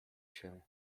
się